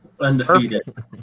Undefeated